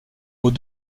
aux